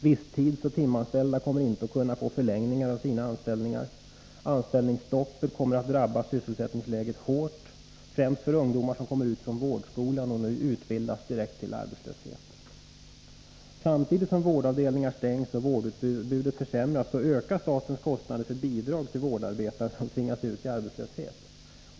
Visstidsoch timanställda kommer inte att kunna få förlängning av sina anställningar. Anställningsstoppet kommer att drabba sysselsättningsläget hårt. Främst gäller detta ungdomar som kommer ut från vårdskolan, de drabbas direkt av arbetslöshet. Samtidigt som vårdavdelningar stängs och vårdutbytet försämras ökar statens kostnader för bidrag till vårdarbetare som tvingas ut i arbetslöshet.